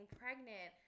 pregnant